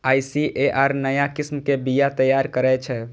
ICAR नया किस्म के बीया तैयार करै छै